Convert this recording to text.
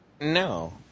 No